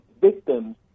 victims